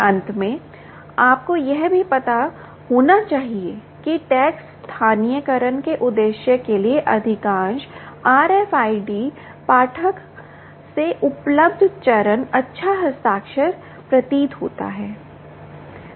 अंत में आपको यह भी पता होना चाहिए कि टैग स्थानीयकरण के उद्देश्य के लिए अधिकांश RFID पाठकों से उपलब्ध चरण अच्छा हस्ताक्षर प्रतीत होता है